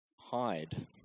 hide